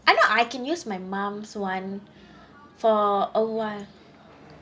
I know I can use my mum's [one] for awhile